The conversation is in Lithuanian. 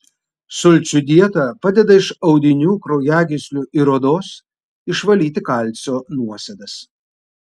sulčių dieta padeda iš audinių kraujagyslių ir odos išvalyti kalcio nuosėdas